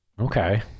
Okay